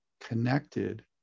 connected